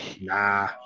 Nah